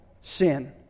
sin